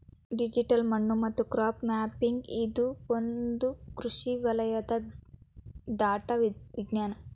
digital ಮಣ್ಣು ಮತ್ತು crop mapping ಇದು ಒಂದು ಕೃಷಿ ವಲಯದಲ್ಲಿ ಡೇಟಾ ವಿಜ್ಞಾನ